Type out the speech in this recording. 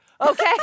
Okay